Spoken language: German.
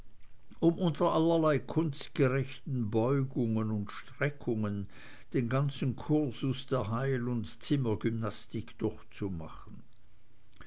um unter allerlei kunstgerechten beugungen und streckungen den ganzen kursus der heil und zimmergymnastik durchzumachen